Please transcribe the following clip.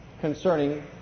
concerning